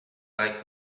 like